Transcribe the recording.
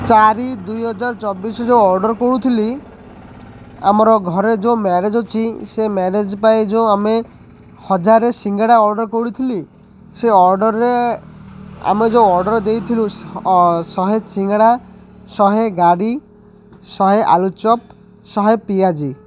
ଚାରି ଦୁଇହଜାର ଚବିଶି ଯେଉଁ ଅର୍ଡ଼ର କରୁଥିଲି ଆମର ଘରେ ଯେଉଁ ମ୍ୟାରେଜ ଅଛି ସେ ମ୍ୟାରେଜ ପାଇଁ ଯେଉଁ ଆମେ ହଜାର ସିଙ୍ଗଡ଼ା ଅର୍ଡ଼ର କରିଥିଲି ସେ ଅର୍ଡ଼ରରେ ଆମେ ଯେଉଁ ଅର୍ଡ଼ର ଦେଇଥିଲୁ ଶହେ ସିଙ୍ଗଡ଼ା ଶହେ ଗାଡ଼ି ଶହେ ଆଲୁଚପ୍ ଶହେ ପିଆଜି